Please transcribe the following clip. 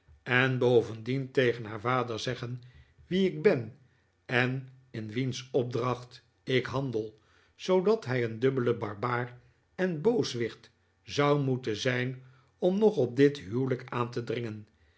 en bovendien tegen haar vader zeggen wie ik ben en in wiens opdracht ik handel zoodat hij een dubbele barbaar en booswicht zou moeten zijn om nog op dit huwelijk aan te dringen